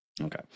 Okay